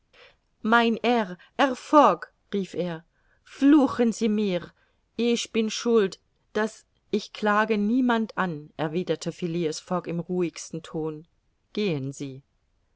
mein herr herr fogg rief er fluchen sie mir ich bin schuld daß ich klage niemand an erwiderte phileas fogg im ruhigsten ton gehen sie